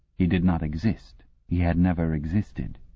he did not exist he had never existed.